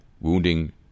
wounding